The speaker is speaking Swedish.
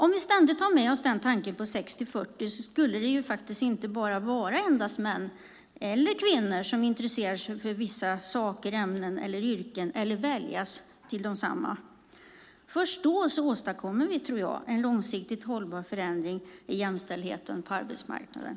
Om vi ständigt har med oss den tanken på 60-40 skulle det inte vara endast män eller kvinnor som intresserar sig för vissa saker, ämnen eller yrken och som väljs till dem. Först då åstadkommer vi, tror jag, en långsiktigt hållbar förändring i jämställdheten på arbetsmarknaden.